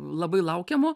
labai laukiamo